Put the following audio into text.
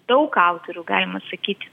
daug autorių galima sakyti